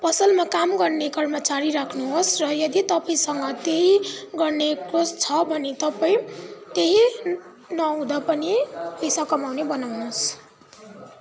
पसलमा काम गर्ने कर्मचारी राख्नुहोस् र यदि तपाँईसँग त्यही गर्ने कोष छ भने तपाईँ त्यही नहुँदा पनि पैसा कमाउने बनाउनुहोस्